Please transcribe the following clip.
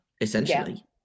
essentially